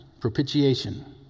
propitiation